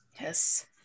Yes